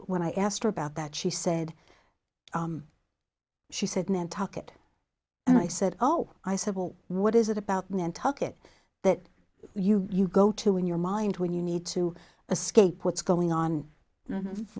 when i asked her about that she said she said nantucket and i said oh i said well what is it about nantucket that you you go to in your mind when you need to a scape what's going on